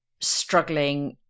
struggling